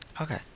Okay